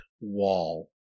wall